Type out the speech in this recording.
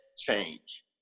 change